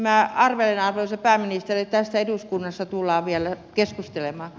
minä arvelen arvoisa pääministeri että tästä eduskunnassa tullaan vielä keskustelemaan